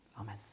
Amen